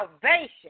salvation